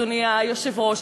אדוני היושב-ראש.